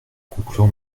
conclure